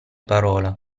parola